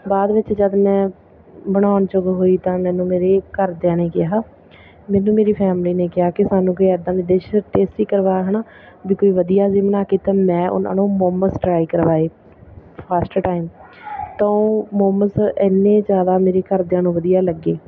ਬਾਅਦ ਵਿੱਚ ਜਦੋਂ ਮੈਂ ਬਣਾਉਣ ਯੋਗ ਹੋਈ ਤਾਂ ਮੈਨੂੰ ਮੇਰੇ ਘਰਦਿਆਂ ਨੇ ਕਿਹਾ ਮੈਨੂੰ ਮੇਰੀ ਫੈਮਿਲੀ ਨੇ ਕਿਹਾ ਕਿ ਸਾਨੂੰ ਕੋਈ ਇੱਦਾਂ ਦੀ ਡਿਸ਼ ਟੇਸਟੀ ਕਰਵਾ ਹੈ ਨਾ ਵੀ ਕੋਈ ਵਧੀਆ ਜਿਹੀ ਬਣਾਕੇ ਤਾਂ ਮੈਂ ਉਹਨਾਂ ਨੂੰ ਮੋਮਸ ਟਰਾਈ ਕਰਵਾਏ ਫਾਸਟ ਟਾਈਮ ਤਾਂ ਉਹ ਮੋਮਸ ਇੰਨੇ ਜ਼ਿਆਦਾ ਮੇਰੇ ਘਰਦਿਆਂ ਨੂੰ ਵਧੀਆ ਲੱਗੇ